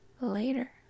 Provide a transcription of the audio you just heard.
Later